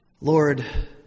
Lord